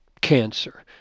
cancer